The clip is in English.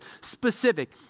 specific